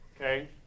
Okay